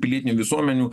pilietinių visuomenių